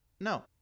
No